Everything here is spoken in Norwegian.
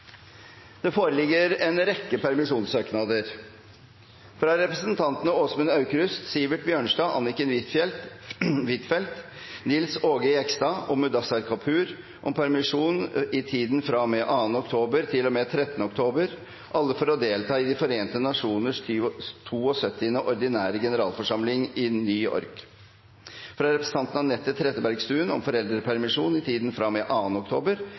Det foreligger en rekke permisjonssøknader: fra representantene Åsmund Aukrust , Sivert Bjørnstad , Anniken Huitfeldt , Nils Aage Jegstad og Mudassar Kapur om permisjon i tiden fra og med 2. oktober til og med 13. oktober, alle for å delta i De forente nasjoners 72. ordinære generalforsamling i New York fra representanten Anette Trettebergstuen om foreldrepermisjon i tiden fra og med 2. oktober